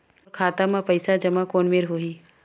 मोर खाता मा पईसा जमा कोन मेर होही?